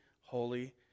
holy